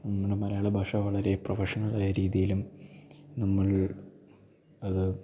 നമ്മുടെ മലയാള ഭാഷ വളരെ പ്രൊഫഷണലായ രീതിയിലും നമ്മൾ അത്